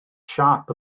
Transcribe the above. siâp